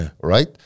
right